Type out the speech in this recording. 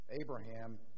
Abraham